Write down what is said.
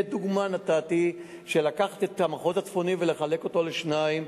לדוגמה, לקחת את המחוז הצפוני ולחלק אותו לשניים,